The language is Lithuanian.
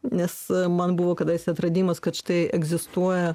nes man buvo kadaise atradimas kad štai egzistuoja